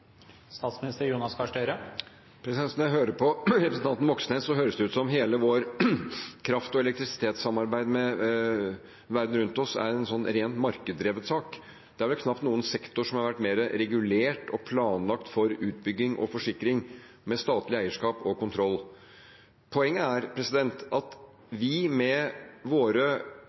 jeg hører på representanten Moxnes, høres det ut som om hele vårt kraft- og elektrisitetssamarbeid med verden rundt oss er en rent markedsdrevet sak. Det er vel knapt noen sektor som har vært mer regulert og planlagt for utbygging og forsikring med statlig eierskap og kontroll. Poenget er at vi med våre